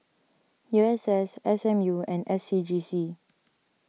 U S S S M U and S C G C